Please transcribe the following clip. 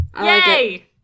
Yay